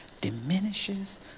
diminishes